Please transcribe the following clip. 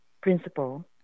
principal